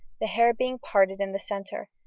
the hair being parted in the centre,